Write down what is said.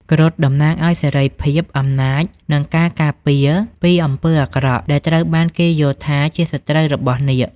គ្រុឌតំណាងឲ្យសេរីភាព អំណាច និងការការពារពីអំពើអាក្រក់ដែលត្រូវបានគេយល់ថាជាសត្រូវរបស់នាគ។